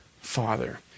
Father